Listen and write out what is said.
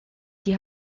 die